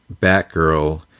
Batgirl